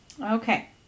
Okay